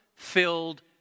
filled